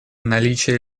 наличие